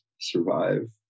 survive